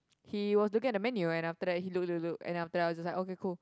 he was looking at the menu then after that he look look look and then after that I was just like okay cool